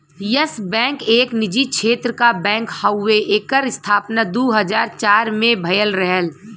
yes Bank एक निजी क्षेत्र क बैंक हउवे एकर स्थापना दू हज़ार चार में भयल रहल